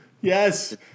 Yes